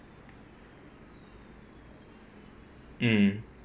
mm